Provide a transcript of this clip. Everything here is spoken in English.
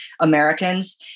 Americans